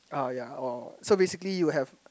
uh ya or so basically you have